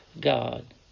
God